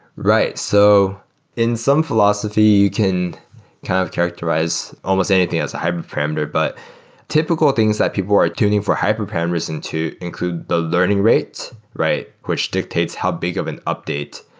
right. so in some philosophy, you can kind of characterize almost anything as a hyperparameter. but typical things that people are turning for hyperparameters into include the learning rate, which dictates how big of an update.